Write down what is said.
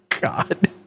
God